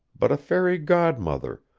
but a fairy-godmother,